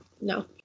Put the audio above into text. No